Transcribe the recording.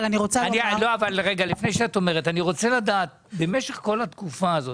במשך כל התקופה זאת,